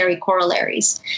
corollaries